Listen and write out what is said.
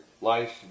Life